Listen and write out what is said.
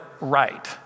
right